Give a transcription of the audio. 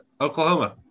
Oklahoma